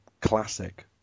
classic